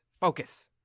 focus